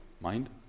mind